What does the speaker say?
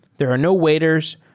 there are no waiters.